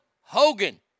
Hogan